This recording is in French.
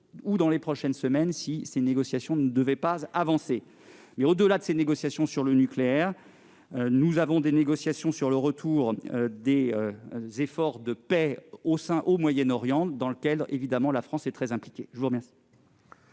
ou dans les prochaines semaines si elles ne devaient pas avancer. Au-delà de ces négociations sur le nucléaire, nous avons des discussions sur le retour des efforts de paix au Moyen-Orient, dans lesquelles la France est très impliquée. La parole